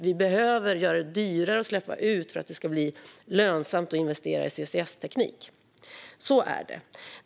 Vi behöver göra det dyrare att släppa ut för att det ska bli lönsamt att investera i CCS-teknik. Så är det.